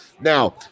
Now